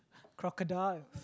crocodile